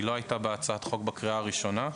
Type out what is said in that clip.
היא לא הייתה בהצעת החוק בקריאה הראשונה.